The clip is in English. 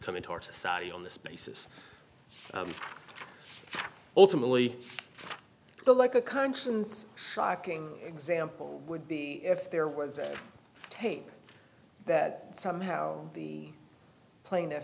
come into our society on this basis ultimately the like a conscience shocking example would be if there was a tape that somehow the pla